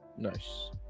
Nice